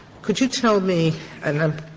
could you tell me and i'm